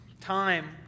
time